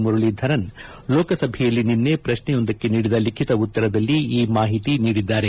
ಮುರಳೀಧರನ್ ಲೋಕಸಭೆಯಲ್ಲಿ ನಿನ್ನೆ ಪ್ರಶ್ನೆಯೊಂದಕ್ಕೆ ನೀಡಿದ ಲಿಖಿತ ಉತ್ತರದಲ್ಲಿ ಈ ಮಾಹಿತಿ ನೀಡಿದ್ದಾರೆ